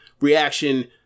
reaction